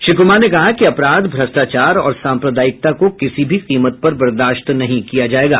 श्री कुमार ने कहा कि अपराध भ्रष्टाचार और साम्प्रदायिकता को किसी भी कीमत पर बर्दाश्त नहीं किया जायेगा